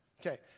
okay